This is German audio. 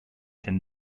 denn